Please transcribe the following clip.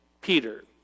Peter